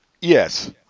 Yes